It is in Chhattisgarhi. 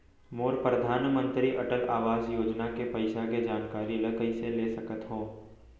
मोर परधानमंतरी अटल आवास योजना के पइसा के जानकारी ल कइसे ले सकत हो?